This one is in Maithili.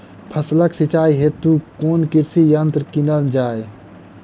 फसलक सिंचाई हेतु केँ कृषि यंत्र कीनल जाए?